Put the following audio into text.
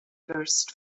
first